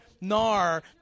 NAR